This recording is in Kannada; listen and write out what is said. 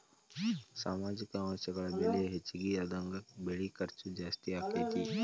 ಸಾಮಾಜಿಕ ಅಂಶಗಳ ಬೆಲೆ ಹೆಚಗಿ ಆದಂಗ ಬೆಳಿ ಖರ್ಚು ಜಾಸ್ತಿ ಅಕ್ಕತಿ